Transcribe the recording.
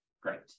Great